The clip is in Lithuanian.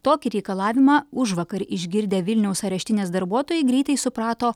tokį reikalavimą užvakar išgirdę vilniaus areštinės darbuotojai greitai suprato